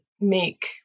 make